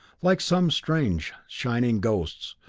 like some strange shining ghosts,